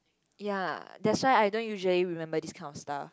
ya that's why I don't usually remember this kind of stuff